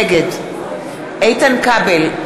נגד איתן כבל,